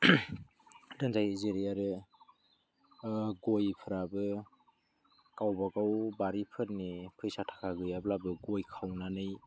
दोनजायो जेरै आरो गयफ्राबो गावबा गाव बारिफोरनि फैसा थाखा गैयाब्लाबो गय खावनानै